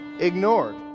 ignored